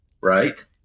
right